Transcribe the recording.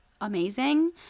amazing